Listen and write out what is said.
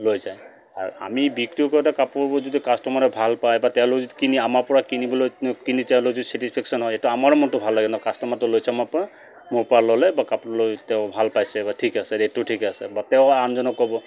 লৈ যায় আৰু আমি বিক্ৰী কৰোঁতে কাপোৰবোৰ যদি কাষ্টমাৰে ভাল পায় বা তেওঁলোক যদি কিনি আমাৰ পৰা কিনিবলৈ কিনি তেওঁলোকে যদি ছেটিছফেকশ্যন হয় সেইটো আমাৰ মনটো ভাল লাগে ন কাষ্টমাৰটো লৈছে আমাৰ পৰা মোৰ পৰা ল'লে বা কাপোৰ লৈ তেওঁ ভাল পাইছে বা ঠিক আছে ৰেটটো ঠিক আছে বা তেওঁ আনজনক ক'ব